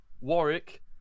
Warwick